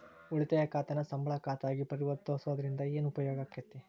ಉಳಿತಾಯ ಖಾತಾನ ಸಂಬಳ ಖಾತಾ ಆಗಿ ಪರಿವರ್ತಿಸೊದ್ರಿಂದಾ ಏನ ಉಪಯೋಗಾಕ್ಕೇತಿ?